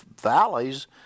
valleys